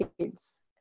kids